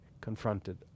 confronted